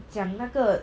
讲那个